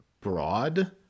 broad